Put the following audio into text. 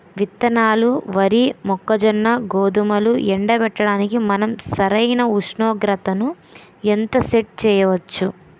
విత్తనాలు వరి, మొక్కజొన్న, గోధుమలు ఎండబెట్టడానికి మనం సరైన ఉష్ణోగ్రతను ఎంత సెట్ చేయవచ్చు?